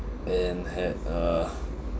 and had a